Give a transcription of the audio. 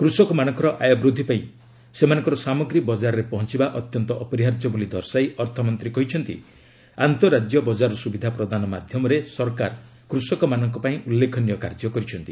କୃଷକମାନଙ୍କର ଆୟ ବୃଦ୍ଧି ପାଇଁ ସେମାନଙ୍କର ସାମଗ୍ରୀ ବଜାରରେ ପହଞ୍ଚିବା ଅତ୍ୟନ୍ତ ଅପରିହାର୍ଯ୍ୟ ବୋଲି ଦର୍ଶାଇ ଅର୍ଥମନ୍ତ୍ରୀ କହିଛନ୍ତି ଆନ୍ତରାଜ୍ୟ ବଜାର ସୁବିଧା ପ୍ରଦାନ ମାଧ୍ୟମରେ ସରକାର କୃଷକମାନଙ୍କ ପାଇଁ ଉଲ୍ଲେଖନୀୟ କାର୍ଯ୍ୟ କରିଛନ୍ତି